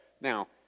Now